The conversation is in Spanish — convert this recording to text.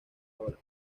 ahora